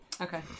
Okay